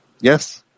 Yes